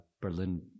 Berlin